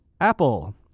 Apple